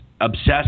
obsessed